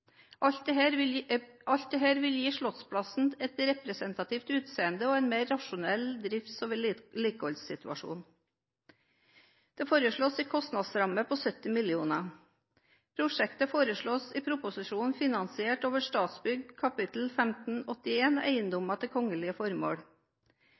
Alt dette vil gi Slottsplassen et representativt utseende og en mer rasjonell drifts- og vedlikeholdssituasjon. Det foreslås en kostnadsramme på 70 mill. kr. Prosjektet foreslås i proposisjonen finansiert over Statsbygg